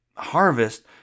harvest